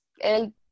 el